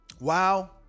Wow